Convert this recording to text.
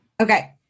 Okay